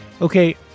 Okay